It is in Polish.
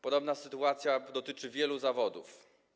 Podobna sytuacja dotyczy wielu zawodów.